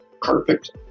perfect